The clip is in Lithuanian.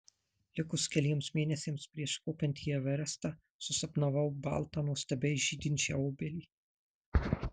likus keliems mėnesiams prieš kopiant į everestą susapnavau baltą nuostabiai žydinčią obelį